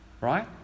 Right